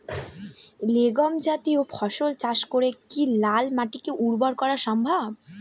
Legume জাতীয় ফসল চাষ করে কি লাল মাটিকে উর্বর করা সম্ভব?